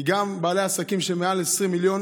כי גם לבעלי העסקים של מעל 20 מיליון